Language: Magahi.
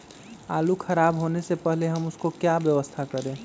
आलू खराब होने से पहले हम उसको क्या व्यवस्था करें?